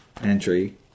Entry